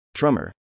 Trummer